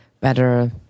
better